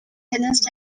танаас